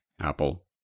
Apple